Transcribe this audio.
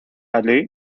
dudley